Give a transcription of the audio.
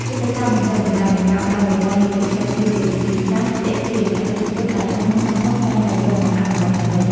យុទ្ធសាស្ត្របញ្ចុះតម្លៃ និងការផ្តល់រង្វាន់លើកទឹកចិត្តគឺជាវិធីសាស្ត្រទាក់ទាញអតិថិជនដែលក្រុមហ៊ុនធំៗតែងតែយកមកអនុវត្តជានិច្ច។